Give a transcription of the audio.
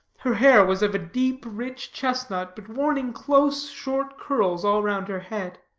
her hair was of a deep, rich chestnut, but worn in close, short curls all round her head.